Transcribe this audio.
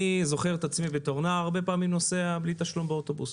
אני זוכר את עצמי בתור נער הרבה פעמים נוסע בלי תשלום באוטובוס.